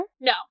No